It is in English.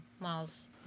miles